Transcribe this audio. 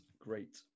great